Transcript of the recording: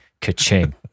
Ka-ching